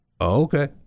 Okay